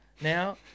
now